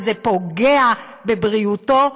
וזה פוגע בבריאותו.